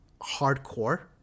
hardcore